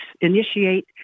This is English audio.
initiate